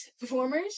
performers